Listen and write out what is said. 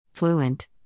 Fluent